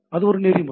இது ஒரு நெறிமுறை